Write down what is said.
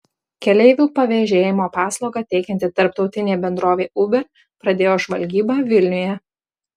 keleivių pavėžėjimo paslaugą teikianti tarptautinė bendrovė uber pradėjo žvalgybą vilniuje